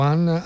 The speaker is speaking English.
One